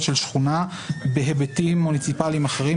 של שכונה בהיבטים מוניציפליים אחרים.